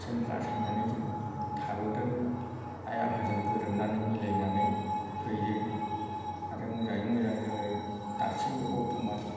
जों बासायनानै जों थाबोदों आइ आफाजों गोरोबनानै मिलायनानै फैदों आरो मोजाङै मोजां जोङो दासिमबो बर्थ'मान